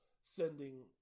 sending